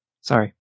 Sorry